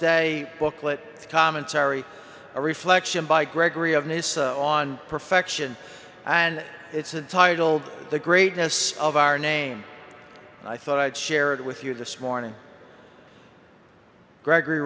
stay booklet commentary a reflection by gregory of nyssa on perfection and it's entitled the greatness of our name i thought i'd share it with you this morning gregory